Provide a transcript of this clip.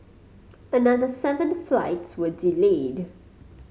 another seven flights were delayed